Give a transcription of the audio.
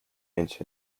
venture